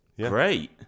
Great